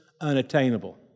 unattainable